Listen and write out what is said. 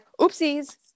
oopsies